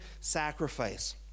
sacrifice